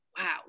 wow